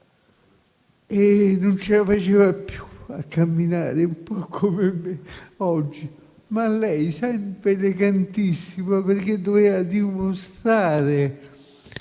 se non ce la faceva più a camminare, un po' come me oggi; lei sempre elegantissima, perché doveva dimostrare